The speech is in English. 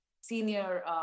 senior